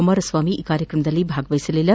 ಕುಮಾರಸ್ವಾಮಿ ಈ ಕಾರ್ಯಕ್ರಮದಲ್ಲಿ ಭಾಗವಹಿಸಲಿಲ್ಲ